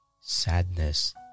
sadness